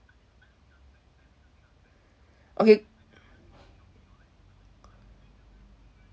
okay